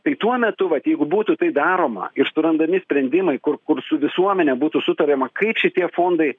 tai tuo metu vat jeigu būtų tai daroma ir surandami sprendimai kur kur su visuomene būtų sutariama kaip šitie fondai